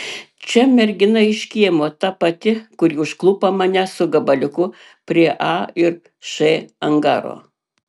čia mergina iš kiemo ta pati kuri užklupo mane su gabaliuku prie a ir š angaro